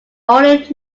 only